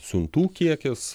siuntų kiekis